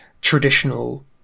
traditional